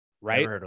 Right